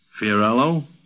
Fiorello